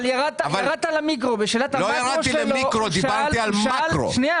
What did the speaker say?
אבל ירדת למיקרו ושאלת המקרו שלו --- לא ירדתי למיקרו,